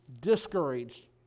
discouraged